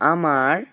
আমার